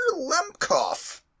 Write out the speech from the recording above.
Lemkoff